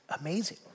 amazing